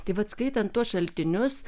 tai vat skaitant tuos šaltinius